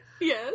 Yes